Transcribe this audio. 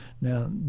Now